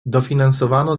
dofinansowano